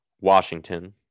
Washington